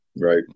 right